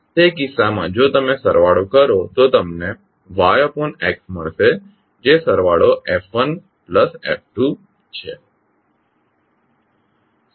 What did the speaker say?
તે કિસ્સામાં જો તમે સરવાળો કરો તો તમને YX મળશે જે સરવાળો F1s F2s છે